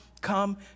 come